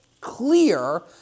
clear